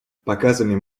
показами